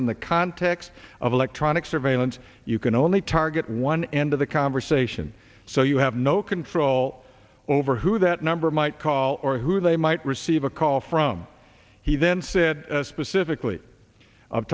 in the context of electronic surveillance you can only target one end of the conversation so you have no control over who that number might call or who they might receive a call from he then said specifically